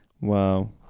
Wow